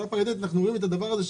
ואנחנו רואים את הדבר הזה,